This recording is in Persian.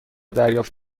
دریافت